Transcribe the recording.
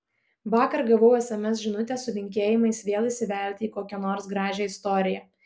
vakar gavau sms žinutę su linkėjimais vėl įsivelti į kokią nors gražią istoriją